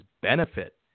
benefit